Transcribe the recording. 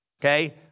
okay